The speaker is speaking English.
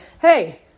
Hey